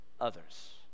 others